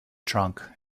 trunk